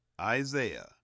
Isaiah